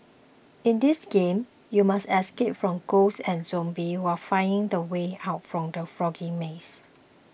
in this game you must escape from ghosts and zombies while finding the way out from the foggy maze